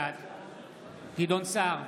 בעד גדעון סער,